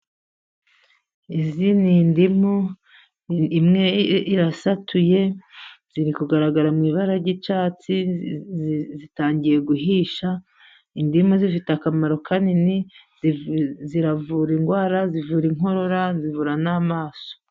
Izi ni indimu imwe irasatuye ziri kugaragara mu ibara ry'icyatsi zitangiye guhisha, indimu zifite akamaro kanini zivura indwara, zivura inkorora, zivura n'amaso.